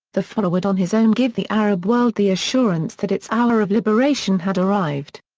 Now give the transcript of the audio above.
the fuhrer would on his own give the arab world the assurance that its hour of liberation had arrived.